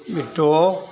एक ठो औ